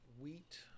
wheat